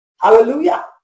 Hallelujah